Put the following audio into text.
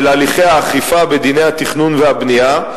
הליכי האכיפה בדיני התכנון והבנייה,